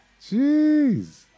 Jeez